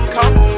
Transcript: Come